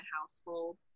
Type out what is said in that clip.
household